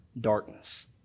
darkness